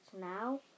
now